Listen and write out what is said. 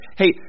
hey